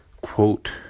quote